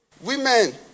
Women